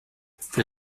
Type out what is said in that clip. für